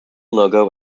logo